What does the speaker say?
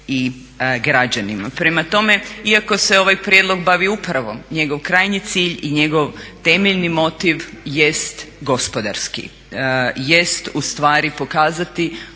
Prema tome, iako se ovaj prijedlog bavi upravo njegov krajnji cilj i njegov temeljni motiv jest gospodarski, jest u stvari pokazati